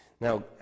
Now